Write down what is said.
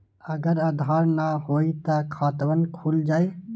अगर आधार न होई त खातवन खुल जाई?